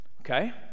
Okay